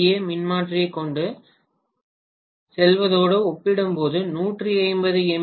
ஏ மின்மாற்றியைக் கொண்டு செல்வதோடு ஒப்பிடும்போது 150 எம்